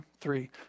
three